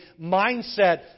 mindset